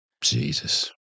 Jesus